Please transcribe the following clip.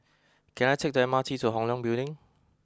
can I take the M R T to Hong Leong Building